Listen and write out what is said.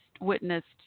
witnessed